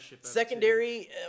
secondary